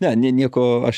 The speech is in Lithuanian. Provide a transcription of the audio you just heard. ne ne nieko aš